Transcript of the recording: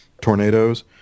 tornadoes